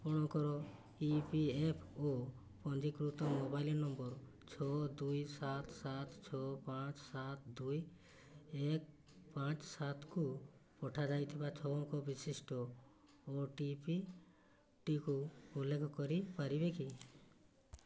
ଆପଣଙ୍କ EPFO ପଞ୍ଜୀକୃତ mobile number ଛଅ ଦୁଇ ସାତ ସାତ ଛଅ ପାଞ୍ଚ ସାତ ଦୁଇ ଏକ ପାଞ୍ଚ ସାତକୁ ପଠାଯାଇଥିବା ଛଅ ଅଙ୍କ ବିଶିଷ୍ଟ ଓଟିପିଟିକୁ ଉଲ୍ଲେଖ କରିପାରିବେ କି